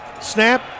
Snap